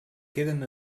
queden